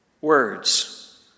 words